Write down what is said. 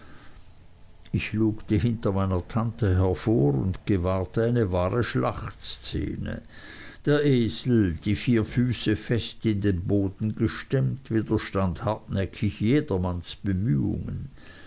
ich lugte hinter meiner tante hervor und gewahrte eine wahre schlachtszene der esel die vier füße fest in den boden gestemmt widerstand hartnäckig jedermanns bemühungen